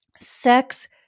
sex